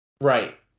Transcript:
Right